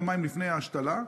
יומיים לפני ההשתלה,